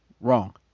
Wrong